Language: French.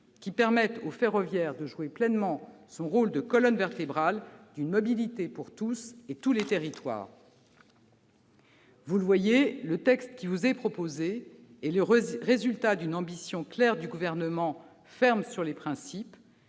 qui permette au ferroviaire de jouer pleinement son rôle de colonne vertébrale d'une mobilité pour tous et pour tous les territoires. Vous le voyez, le texte qui vous est proposé est le résultat d'une ambition claire du Gouvernement, qui est ferme sur les principes,